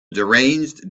deranged